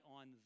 on